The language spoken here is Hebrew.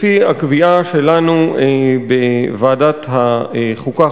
לפי הקביעה שלנו בוועדת החוקה,